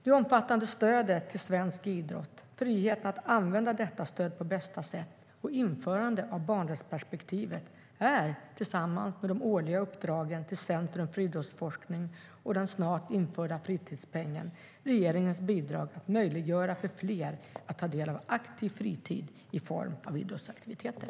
Det omfattande stödet till svensk idrott, friheten att använda detta stöd på bästa sätt och införandet av barnrättsperspektivet är, tillsammans med de årliga uppdragen till Centrum för idrottsforskning och den snart införda fritidspengen, regeringens bidrag för att möjliggöra för fler att ta del av en aktiv fritid i form av idrottsaktiviteter.